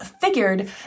figured